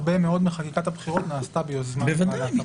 הרבה מאוד מחקיקת הבחירות נעשתה ביוזמת ועדת הבחירות,